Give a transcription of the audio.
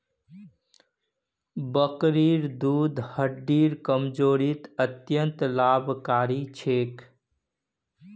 बकरीर दूध हड्डिर कमजोरीत अत्यंत लाभकारी छेक